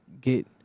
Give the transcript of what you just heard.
get